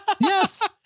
Yes